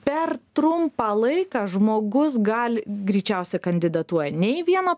per trumpą laiką žmogus gali greičiausia kandidatuoja ne į vieną